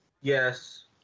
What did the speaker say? Yes